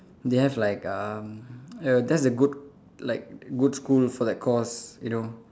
they have like um ya that's a good like good school for that course you know